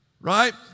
right